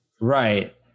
Right